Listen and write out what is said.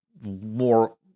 more